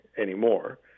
anymore